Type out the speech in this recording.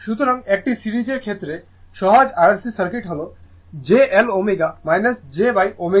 সুতরাং একটি সিরিজের ক্ষেত্রে সহজ RLC সার্কিট হল j L ω jω C